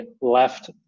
left